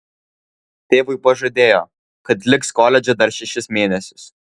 tėvui pažadėjo kad liks koledže dar šešis mėnesius